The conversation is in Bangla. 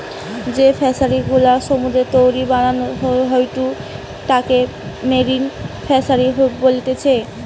যেই ফিশারি গুলা সমুদ্রের তীরে বানানো হয়ঢু তাকে মেরিন ফিসারী বলতিচ্ছে